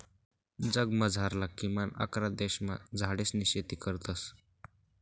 जगमझारला किमान अकरा प्रदेशमा झाडेसनी शेती करतस